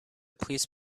please